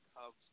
Cubs